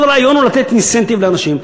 כל הרעיון הוא לתת אינסנטיב לאנשים.